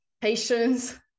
patience